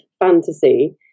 fantasy